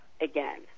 again